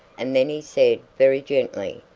and then he said, very gently,